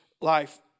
life